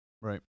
right